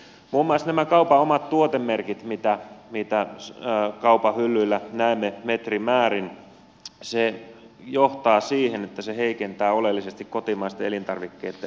muun muassa se että kaupalla on näitä omia tuotemerkkejä mitä kaupan hyllyillä näemme metrimäärin johtaa siihen että se heikentää oleellisesti kotimaisten elintarvikkeitten asemaa